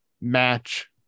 match